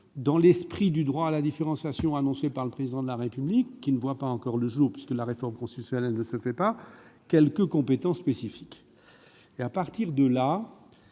dans l'esprit du droit à la différenciation annoncée par le Président de la République, qui ne voit pas encore le jour, puisque la réforme constitutionnelle ne se fait pas -quelques compétences spécifiques. Dans ces